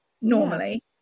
normally